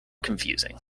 confusing